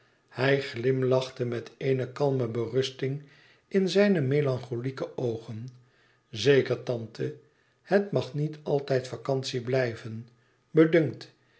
hij glimlachte met eene kalme berusting in zijne melancholieke oogen eker tante het mag niet altijd vacantie blijven